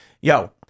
Yo